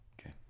Okay